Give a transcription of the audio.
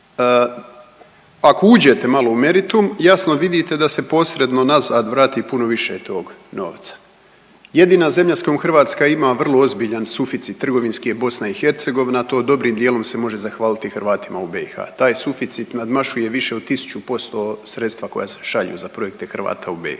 Ako uđete malo u meritum jasno vidite da se posredno nazad vrati puno više tog novca. Jedina zemlja s kojom Hrvatska ima vrlo ozbiljan suficit trgovinski je BiH, a to dobrim dijelom se može zahvaliti Hrvatima u BiH. Taj suficit nadmašuje više od 1000% sredstva koja se šalju za projekte Hrvata u BiH.